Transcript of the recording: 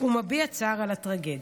ומביע צער על הטרגדיה?